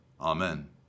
Amen